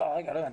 לא הבנתי.